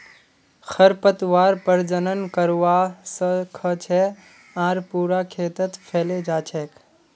खरपतवार प्रजनन करवा स ख छ आर पूरा खेतत फैले जा छेक